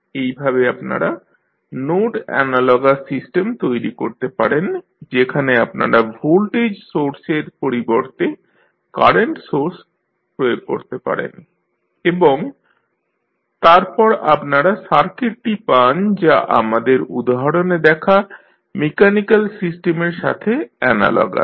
এইভাবে আপনারা node analogous system তৈরী করতে পারেন যেখানে আপনারা ভোল্টেজ সোর্সের পরিবর্তে কারেন্ট সোর্স প্রয়োগ করতে পারেন এবং তারপর আপনারা সার্কিটটি পান যা আমাদের উদাহরণে দেখা মেকানিক্যাল সিস্টেমের সাথে অ্যানালগাস